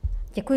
Děkuji.